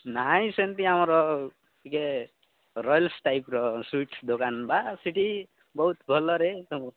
ନାଇଁ ସେମିତି ଆମର ଟିକେ ରୟାଲସ୍ ଟାଇପ୍ର ସୁଇଟସ୍ ଦୋକାନ ବା ସିଠି ବହୁତ ଭଲରେ ସବୁ